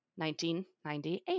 1998